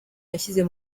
yashyize